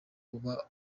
uba